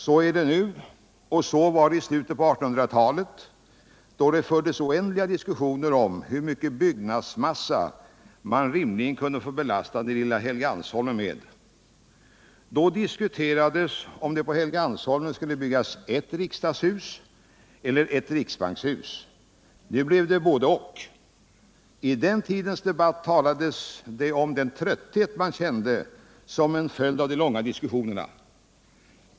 Så är det nu, och så var det i slutet av 1800-talet, då det fördes oändliga diskussioner om hur mycket byggnadsmassa man rimligen kunde få belasta den lilla Helgeandsholmen med. Då diskuterades om det på Helgeandsholmen skulle byggas ett riksdagshus eller ett riksbankshus. Nu blev det både-och. I den tidens debatt talades om den trötthet man kände som en följd av de långa diskussionerna.